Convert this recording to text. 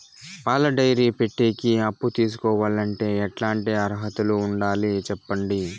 పాల డైరీ పెట్టేకి అప్పు తీసుకోవాలంటే ఎట్లాంటి అర్హతలు ఉండాలి సెప్పండి?